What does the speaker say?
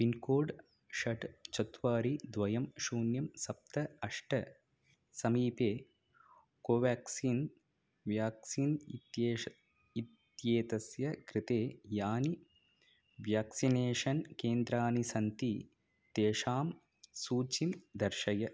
pincode षट् चत्वारि द्वयं शून्यं सप्त अष्ट समीपे कोवाक्सिन् व्याक्सीन् इत्येषः इत्येतस्य कृते यानि व्याक्सिनेषन् केन्द्राणि सन्ति तेषाम् सूचिं दर्शय